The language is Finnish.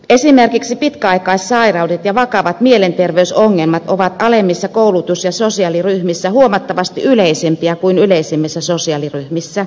esimerkiksi pitkäaikaissairaudet ja vakavat mielenterveysongelmat ovat alemmissa koulutus ja sosiaaliryhmissä huomattavasti yleisempiä kuin ylemmissä sosiaaliryhmissä